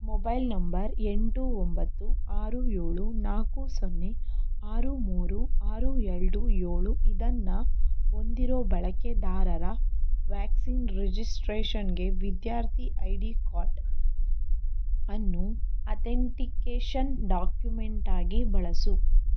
mobile number ಎಂಟು ಒಂಬತ್ತು ಆರು ಏಳು ನಾಲ್ಕು ಸೊನ್ನೆ ಆರು ಮೂರು ಆರು ಎರ್ಡು ಏಳು ಇದನ್ನು ಹೊಂದಿರೋ ಬಳಕೆದಾರರ ವ್ಯಾಕ್ಸಿನ್ ರಿಜಿಸ್ಟ್ರೇಷನ್ಗೆ ವಿದ್ಯಾರ್ಥಿ ಐ ಡಿ ಕಾಟ್ ಅನ್ನು ಅತೆಂಟಿಕೇಷನ್ ಡಾಕ್ಯುಮೆಂಟಾಗಿ ಬಳಸು